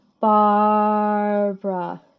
Barbara